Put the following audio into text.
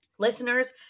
Listeners